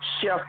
Chef